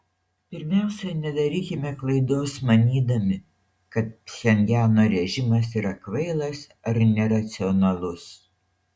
pirmiausia nedarykime klaidos manydami kad pchenjano režimas yra kvailas ar neracionalus